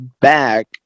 back